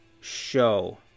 show